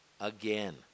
Again